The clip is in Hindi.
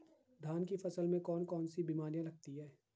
धान की फसल में कौन कौन सी बीमारियां लगती हैं?